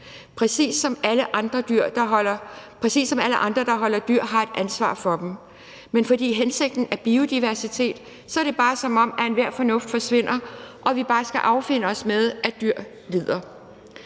præcis som alle andre, der holder dyr, har et ansvar for de dyr. Men fordi hensigten er at skabe biodiversitet, er det bare, som om enhver fornuft forsvinder og vi bare skal affinde os med, at dyr lider.